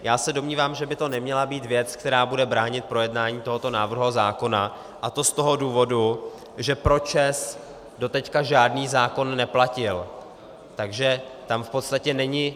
Já se domnívám, že by to neměla být věc, která bude bránit projednání tohoto návrhu zákona, a to z toho důvodu, že pro ČEZ doteď žádný zákon neplatil, takže tam v podstatě není